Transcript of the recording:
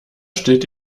stillt